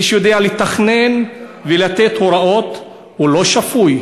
מי שיודע לתכנן ולתת הוראות, הוא לא שפוי?